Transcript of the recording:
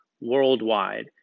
worldwide